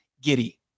giddy